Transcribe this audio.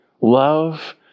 love